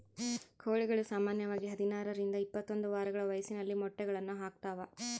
ಕೋಳಿಗಳು ಸಾಮಾನ್ಯವಾಗಿ ಹದಿನಾರರಿಂದ ಇಪ್ಪತ್ತೊಂದು ವಾರಗಳ ವಯಸ್ಸಿನಲ್ಲಿ ಮೊಟ್ಟೆಗಳನ್ನು ಹಾಕ್ತಾವ